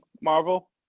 Marvel